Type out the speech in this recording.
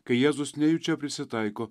kai jėzus nejučia prisitaiko